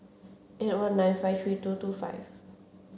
eight one nine five three two two five